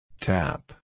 Tap